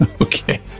Okay